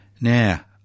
Now